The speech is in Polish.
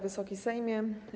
Wysoki Sejmie!